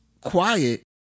quiet